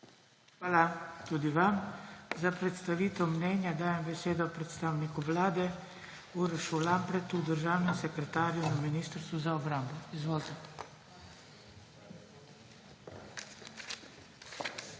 Hvala tudi vam. Za predstavitev mnenja dajem besedo predstavniku Vlade Urošu Lampretu, državnemu sekretarju na Ministrstvu za obrambo. Izvolite.